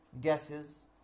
gases